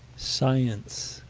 science,